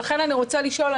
לכן אני רוצה לשאול: